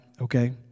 Okay